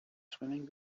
swimming